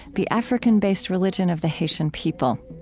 the african-based religion of the haitian people.